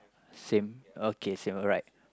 same okay same alright